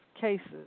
Cases